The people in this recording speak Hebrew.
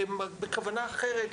בכוונה אחרת,